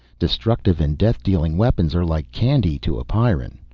destructive and death-dealing weapons are like candy to a pyrran.